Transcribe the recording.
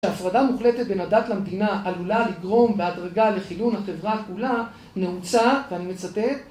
שהפרדה מוחלטת בין הדת למדינה עלולה לגרום בהדרגה לחילון החברה כולה נעוצה ואני מצטט